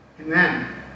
Amen